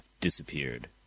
disappeared